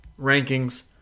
rankings